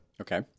Okay